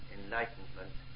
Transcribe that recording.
enlightenment